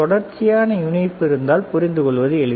தொடர்ச்சியான இணைப்பு இருந்தால் புரிந்துகொள்வது எளிது